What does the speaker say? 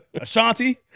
Ashanti